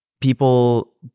people